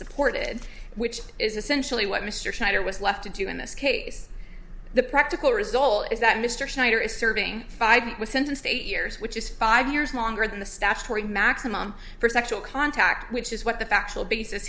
supported which is essentially what mr schneider was left to do in this case the practical result is that mr snyder is serving five was sentenced to eight years which is five years longer than the statutory maximum for sexual contact which is what the factual bas